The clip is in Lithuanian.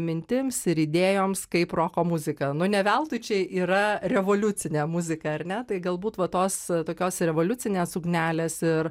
mintims ir idėjoms kaip roko muzika nu ne veltui čia yra revoliucinė muzika ar ne tai galbūt va tos tokios ir revoliucinės ugnelės ir